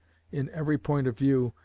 in every point of view,